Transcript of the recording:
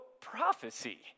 prophecy